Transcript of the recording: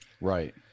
Right